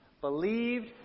believed